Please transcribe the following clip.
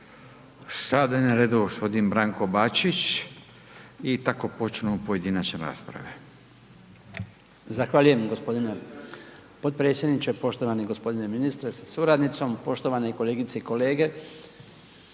Sada je na redu gospodin Branko Bačić i tako počinu pojedinačne rasprave.